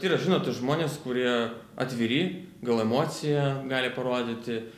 yra žinot žmonės kurie atviri gal emociją gali parodyti